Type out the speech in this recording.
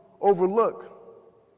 overlook